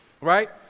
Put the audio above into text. right